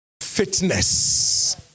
fitness